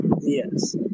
Yes